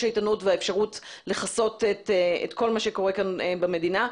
העיתונות והאפשרות לכסות את כל מה שקורה כאן במדינה.